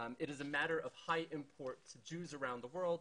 שלא יתייחסו למדינה היהודית היחידה כשעיר לעזאזל אלא